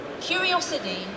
curiosity